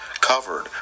covered